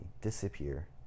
disappear